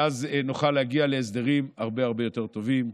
ואז נוכל להגיע להסדרים הרבה הרבה יותר טובים.